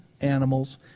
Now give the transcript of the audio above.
animals